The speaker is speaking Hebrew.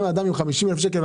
אם אדם עם 50,000 שקל,